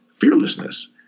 fearlessness